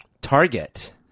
Target